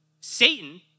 Satan